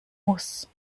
muss